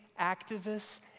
activists